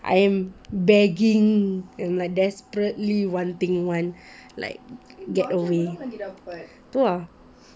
I'm begging and like desperately wanting one like get away tu ah